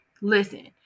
listen